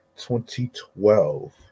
2012